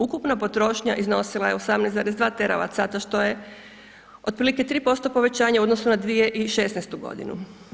Ukupna potrošnja iznosila je 18,2 teravacata što je otprilike 3% povećanje u odnosu na 2016. godinu.